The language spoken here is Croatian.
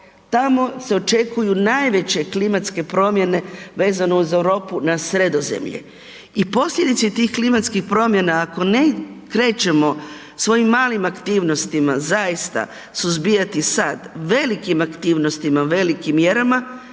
Tamo se očekuju najveće klimatske promjene vezano uz Europu na Sredozemlje i posljedice tih klimatskih promjena, ako ne krećemo svojim malim aktivnostima, zaista suzbijati sad, velikim aktivnostima, velikim mjerama,